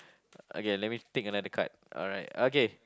okay let me take another card alright okay